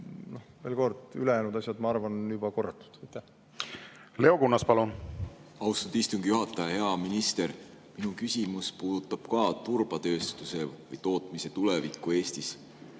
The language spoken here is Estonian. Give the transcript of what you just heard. Veel kord: ülejäänud asjad, ma arvan, on juba korratud. Leo Kunnas, palun! Austatud istungi juhataja! Hea minister! Minu küsimus puudutab ka turbatööstuse või ‑tootmise tulevikku Eestis,